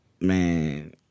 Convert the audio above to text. man